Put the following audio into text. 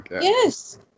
Yes